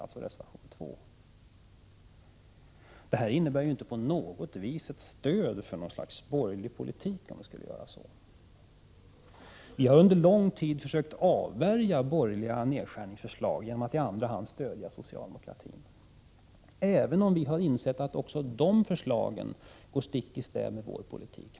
Om vi skulle göra så, innebär det inte på något vis ett stöd för något slags borgerlig politik. Vi har under lång tid försökt avvärja borgerliga nedskärningsförslag genom att i andra hand stödja socialdemokratin, även om vi har insett att även de förslagen går stick i stäv mot vår politik.